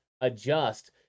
adjust